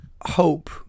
hope